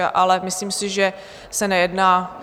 Ale myslím si, že se nejedná...